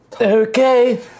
Okay